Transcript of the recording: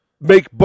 make